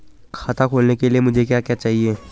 खाता खोलने के लिए मुझे क्या क्या चाहिए?